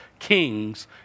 kings